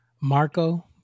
Marco